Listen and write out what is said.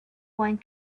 one